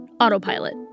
autopilot